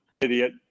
idiot